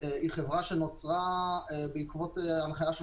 היא חברה שנוצרה בעקבות הנחיה של